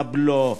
הבלו,